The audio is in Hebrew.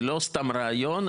זה לא סתם רעיון.